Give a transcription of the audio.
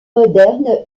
moderne